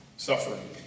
Suffering